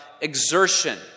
exertion